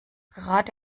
gerade